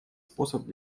способ